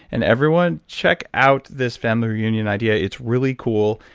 and everyone, check out this family reunion idea. it's really cool.